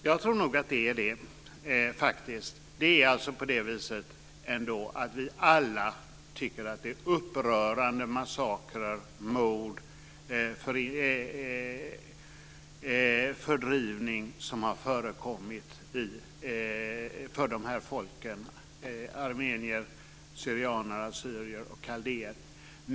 Fru talman! Jag tror nog att det är det. Vi tycker alla att det är upprörande massakrer, mord och fördrivningar som har förekommit mot de här folken - armenier, assyrier/syrianer och kaldéer.